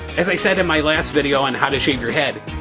as i said in my last video on how to shave your head